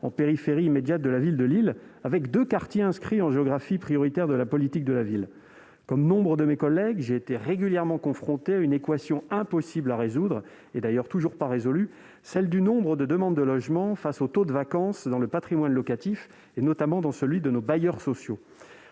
en périphérie immédiate de la ville de Lille, commune qui compte deux quartiers inscrits en géographie prioritaire de la politique de la ville. Comme nombre de mes collègues, j'ai été régulièrement confronté à une équation impossible à résoudre- elle n'est d'ailleurs toujours pas résolue -, celle du nombre de demandes de logements face au taux de vacance dans le patrimoine locatif, notamment dans celui des bailleurs sociaux.